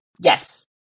Yes